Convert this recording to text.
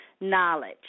knowledge